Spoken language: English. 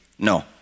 No